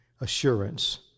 assurance